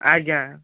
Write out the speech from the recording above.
ଆଜ୍ଞା